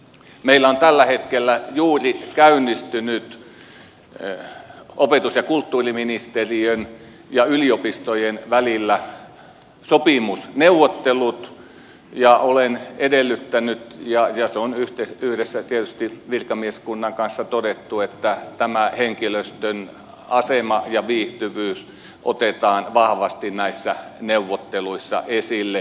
meillä on tällä hetkellä juuri käynnistynyt opetus ja kulttuuriministeriön ja yliopistojen välillä sopimusneuvottelut ja olen edellyttänyt ja se on yhdessä tietysti virkamieskunnan kanssa todettu että tämä henkilöstön asema ja viihtyvyys otetaan vahvasti näissä neuvotteluissa esille